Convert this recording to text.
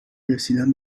رسیدن